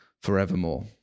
forevermore